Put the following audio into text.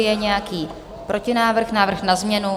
Je nějaký protinávrh, návrh na změnu?